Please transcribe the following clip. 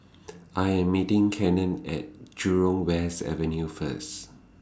I Am meeting Cannon At Jurong West Avenue First